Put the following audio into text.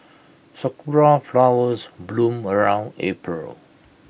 Sakura Flowers bloom around April